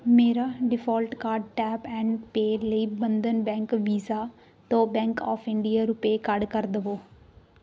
ਮੇਰਾ default card tap and pay ਲਈ Bandhan bank visa ਤੋਂ bank of India RuPay card ਕਰ ਦਵੋ